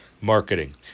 marketing